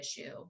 issue